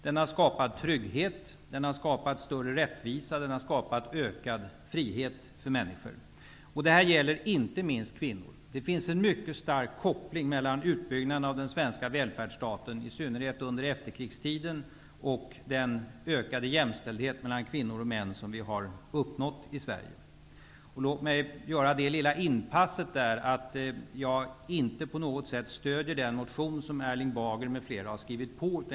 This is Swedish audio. Den har skapat trygghet, större rättvisa och ökad frihet för människor. Detta gäl ler inte minst kvinnor. Det finns en mycket stark koppling mellan utbyggnaden av den svenska väl färdsstaten, i synnerhet under efterkrigstiden, och den ökade jämställdhet mellan kvinnor och män som vi har uppnått i Sverige. Låt mig göra det lilla inpasset att jag inte på nå got sätt stöder den motion som Erling Bager m.fl. har skrivit på.